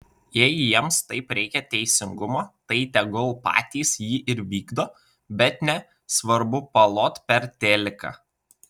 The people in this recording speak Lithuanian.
jei jiems taip reikia teisingumo tai tegul patys jį ir vykdo bet ne svarbu palot per teliką